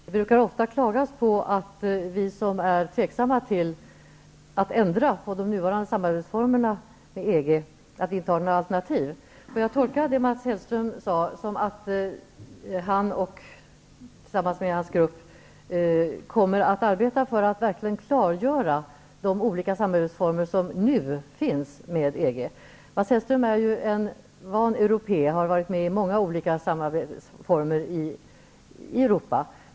Fru talman! Det brukar ofta klagas på att vi som är tveksamma till att ändra på de nuvarande arbetsformerna med EG inte har några alternativ. Jag tolkar det Mats Hellström sade så, att han och den socialdemokratiska gruppen verkligen kommer att arbeta för att klargöra de olika samarbetsformer som nu finns med EG. Mats Hellström är ju en van europé. Han har varit med i olika samarbetsformer i Europa.